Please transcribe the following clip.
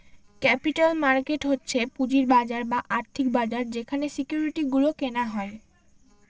capital market হচ্ছে পুঁজির বাজার বা আর্থিক বাজার যেখানে সিকিউরিটি গুলো কেনা হয়